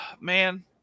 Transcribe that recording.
Man